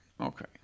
okay